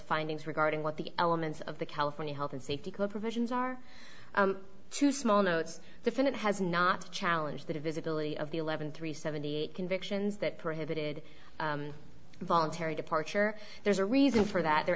findings regarding what the elements of the california health and safety provisions are to small notes defendant has not challenge the divisibility of the eleven three seventy eight convictions that prohibited voluntary departure there's a reason for that the